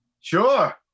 Sure